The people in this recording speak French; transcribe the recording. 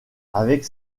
avec